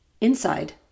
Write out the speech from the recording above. Inside